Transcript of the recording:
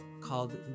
called